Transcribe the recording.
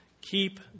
Keep